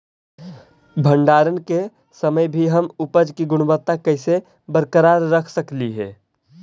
भंडारण के समय भी हम उपज की गुणवत्ता कैसे बरकरार रख सकली हे?